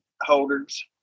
holders